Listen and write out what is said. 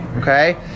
Okay